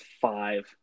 five